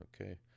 okay